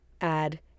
add